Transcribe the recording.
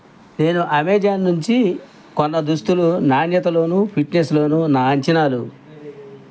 నేను అమెజాన్ నుంచి కొన్న దుస్తువులు నాణ్యతలోనూ ఫిట్నెస్లోను నా అంచనాలు